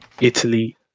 Italy